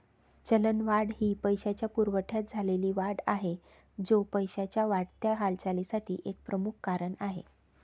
चलनवाढ ही पैशाच्या पुरवठ्यात झालेली वाढ आहे, जो पैशाच्या वाढत्या हालचालीसाठी एक प्रमुख कारण आहे